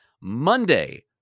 Monday